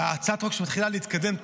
והצעת חוק שמתחילה להתקדם,